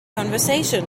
conversation